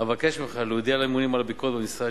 "אבקש ממך להודיע לממונים על הביקורת במשרד